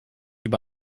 über